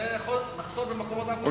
זה מחסור במקומות עבודה בסדר,